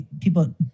people